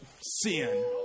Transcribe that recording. sin